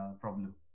problem